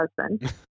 husband